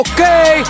Okay